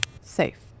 Safe